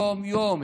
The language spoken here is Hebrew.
יום-יום.